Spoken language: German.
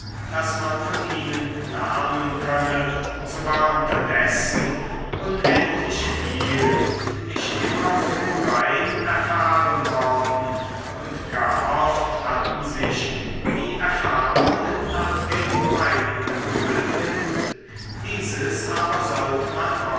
daß man von ihnen lernen könne so war unterdessen unendlich viel und nicht immer so rein erfahren worden und gar oft hatten sich die erfahrungen nach den meinungen gebildet dieses aber sollte man